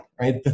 right